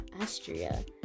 Austria